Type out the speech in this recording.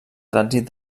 trànsit